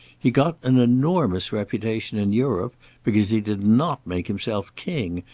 he got an enormous reputation in europe because he did not make himself king,